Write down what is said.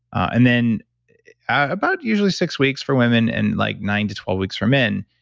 and then about usually six weeks for women and like nine to twelve weeks for men,